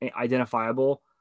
identifiable